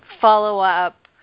follow-up